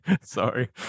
Sorry